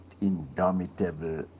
indomitable